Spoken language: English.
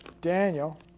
Daniel